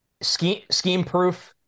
Scheme-proof